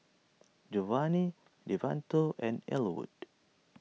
Jovani Devonta and Ellwood